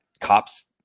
cops